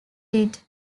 did